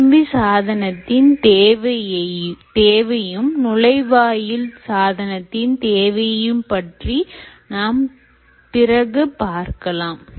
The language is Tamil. விளிம்பி சாதனத்தின் தேவையும் நுழைவாயில் சாதனத்தின் தேவையும் பற்றி நாம் பிறகு பார்க்கலாம்